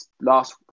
last